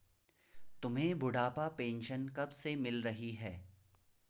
तुम्हें बुढ़ापा पेंशन कब से मिल रही है?